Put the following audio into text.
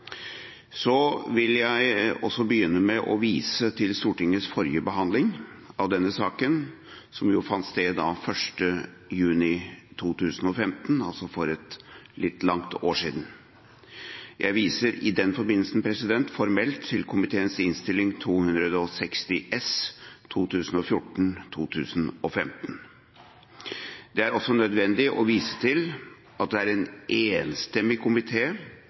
Så vil jeg også begynne med å vise til Stortingets forrige behandling av denne saken, som fant sted 1. juni 2015, altså for et litt langt år siden. Jeg viser i den forbindelse formelt til komiteens innstilling 260 S for 2014–2015. Det er også nødvendig å vise til at det var en enstemmig